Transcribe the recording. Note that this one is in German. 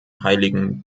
heiligen